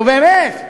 נו באמת.